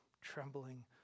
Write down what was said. trembling